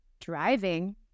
driving